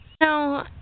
No